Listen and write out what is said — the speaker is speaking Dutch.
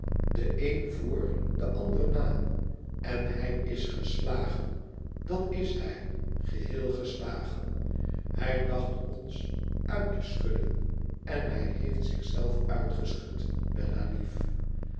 den een voor den ander na en hij is geslagen dat is hij geheel geslagen hij dacht ons uit te schudden en hij heeft zich zelf uitgeschud